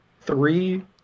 three